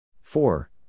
four